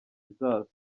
kizaza